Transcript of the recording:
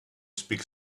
speak